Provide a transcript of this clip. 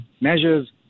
measures